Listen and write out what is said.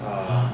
!huh!